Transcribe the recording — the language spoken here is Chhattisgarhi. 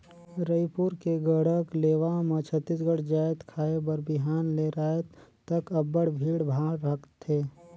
रइपुर के गढ़कलेवा म छत्तीसगढ़ जाएत खाए बर बिहान ले राएत तक अब्बड़ भीड़ भाड़ रहथे